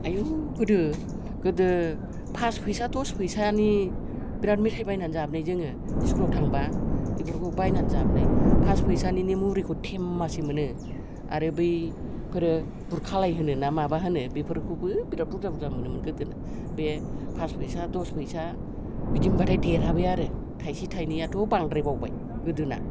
आयु गोदो गोदो फास फैसा दस फैसानि बिराद मेथाइ बायनानै जाबोनाय जोङो स्कुलाव थांब्ला इफोरखौ बायनानै जाबोनाय फास फैसानिनो मुरिखौ थेमासे मोनो आरो बैफोरो बुरखालाय होनो ना माबा होनो बिफोरखौबो बिराद बुरजा बुरजा मोनोमोन गोदो बे फास फैसा दस फैसा बिदि मोनब्लाथाय देरहाबाय आरो थाइसे थाइनैयाथ' बांद्रायबावबाय गोदोना